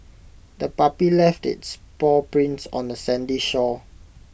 the puppy left its paw prints on the sandy shore